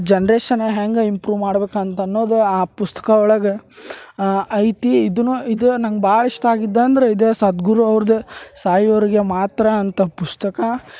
generation ಹೆಂಗೆ improve ಮಾಡ್ಬೇಕು ಅಂತನ್ನೋದು ಆ ಪುಸ್ತಕ ಒಳಗೆ ಐತಿ ಇದು ಇದು ನಂಗೆ ಭಾಳ ಇಷ್ಟ ಆಗಿದಂದ್ರೆ ಇದು ಸದ್ಗುರು ಅವ್ರ್ದು ಸಾಯುವವರೆಗೆ ಮಾತ್ರ ಅಂತ ಪುಸ್ತಕ